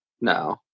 no